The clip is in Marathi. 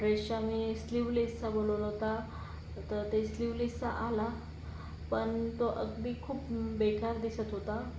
ड्रेस आम्ही स्लीवलेसचा मागवला होता तर तो स्लीवलेसचा आला पण तो अगदी खूप बेकार दिसत होता